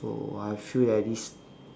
so I feel that this